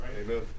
Amen